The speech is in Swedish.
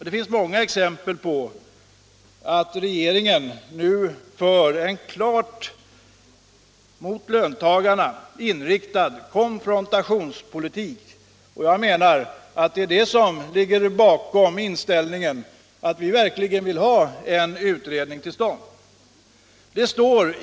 Det finns många exempel på att regeringen nu för en klart mot löntagarna riktad konfrontationspolitik. Det är det som ligger bakom vår inställning att vi verkligen vill ha en utredning till stånd.